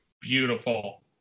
Beautiful